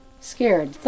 scared